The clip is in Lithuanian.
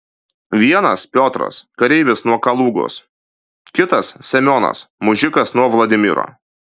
vienas piotras kareivis nuo kalugos kitas semionas mužikas nuo vladimiro